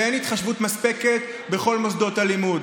ואין התחשבות מספקת בכל מוסדות הלימוד.